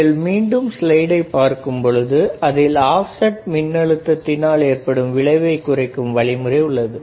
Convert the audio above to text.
நீங்கள் மீண்டும் ஸ்லைடை பார்க்கும் பொழுது அதில் ஆப்செட் மின்னழுத்தத்தினால் ஏற்படும் விளைவை குறைக்கும் வழிமுறை உள்ளது